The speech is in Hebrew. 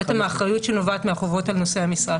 בעצם האחריות שנובעת מהחובות על נושא המשרה.